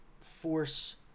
Force